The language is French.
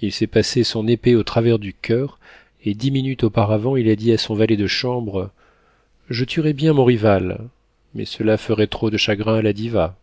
il s'est passé son épée au travers du coeur et dix minutes auparavant il a dit à son valet de chambre je tuerais bien mon rival mais cela ferait trop de chagrin à la diva